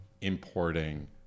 importing